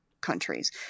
countries